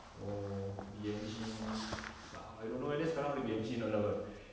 or B_M_G ah I don't know sekarang ada B_M_G or not lah but